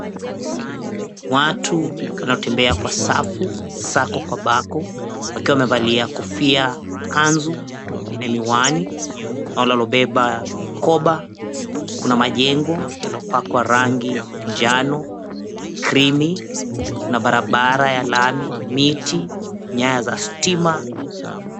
Watu wanaotembea kwa safu, sako kwa bako, wakiwa wamevalia kofia, kanzu, wengine miwani. Kuna wale waliobeba mikoba, kuna majengo yaliyopakwa rangi ya njano, krimi, kuna barabara ya lami, miti, nyaya za stima.